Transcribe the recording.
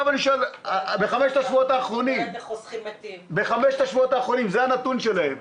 זה בחמשת השבועות האחרונים וזה הנתון שלהם.